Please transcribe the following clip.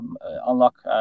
unlock